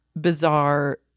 bizarre